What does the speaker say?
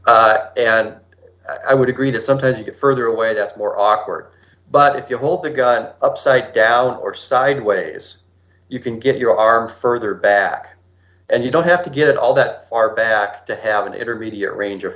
demonstration and i would agree that sometimes you get further away that's more awkward but if you hold the gun upside down or sideways you can get your arm further back and you don't have to get all that far back to have an intermediate range of